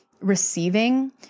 receiving